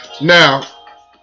Now